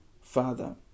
Father